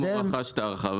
אם הוא רכש את ההרחבה,